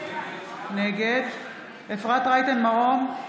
נגד אפרת רייטן מרום,